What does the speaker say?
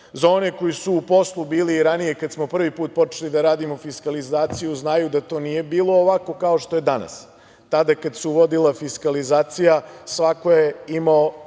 Za one koji su u poslu bili i ranije, kada smo prvi put počeli da radimo fiskalizaciju, znaju da to nije bilo ovako kao što je danas. Tada kada se uvodila fiskalizacija svako je imao